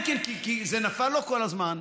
כי זה נפל לו כל הזמן,